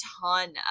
ton